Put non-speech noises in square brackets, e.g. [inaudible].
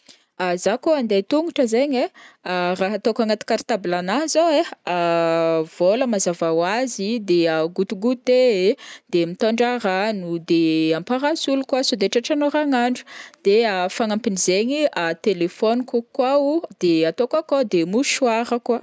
Ah zah kao andeha tongotro zaign ai, [hesitation] raha ataoko agnaty cartable nahy zao ai: [hesitation] vola mazava ho azy, de [hesitation] goûté goûté, de mitondra rano, de amparasoly koa saode tratran'oragnandro, de [hesitation] fagnampin'izaigny téléphone-ko koa atao akao, de mouchoir kao.